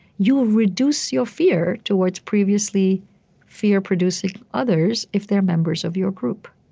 you will reduce your fear towards previously fear-producing others if they are members of your group.